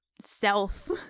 self